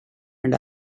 and